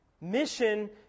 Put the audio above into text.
Mission